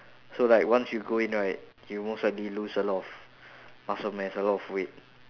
so like once you go in right you'll most likely lose a lot of muscle mass a lot of weight